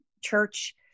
church